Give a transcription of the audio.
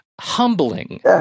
humbling